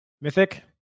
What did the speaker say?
Mythic